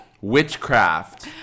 Witchcraft